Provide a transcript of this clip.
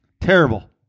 Terrible